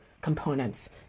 components